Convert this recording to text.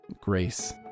grace